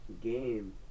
game